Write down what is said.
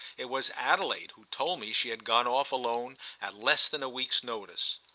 it was adelaide who told me she had gone off alone at less than a week's notice.